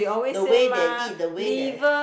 the way they eat the way they